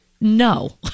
no